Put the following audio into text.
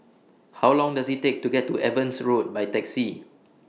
How Long Does IT Take to get to Evans Road By Taxi